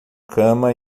cama